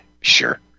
sure